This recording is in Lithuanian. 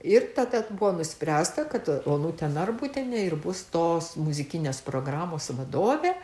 ir tada buvo nuspręsta kad onutė narbutienė ir bus tos muzikinės programos vadovė